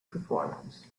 performance